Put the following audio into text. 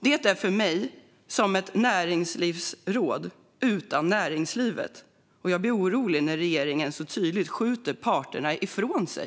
Detta är för mig som ett näringslivsråd utan näringslivet, och jag blir orolig när regeringen så tydligt skjuter parterna ifrån sig.